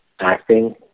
acting